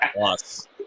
boss